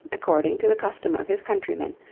according to the custom of his countrymen,